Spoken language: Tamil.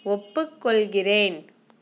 ஒப்புக்கொள்கிறேன்